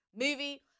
movie